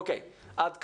עד כאן.